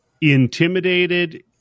intimidated